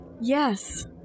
Yes